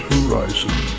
Horizon